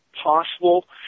possible